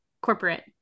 corporate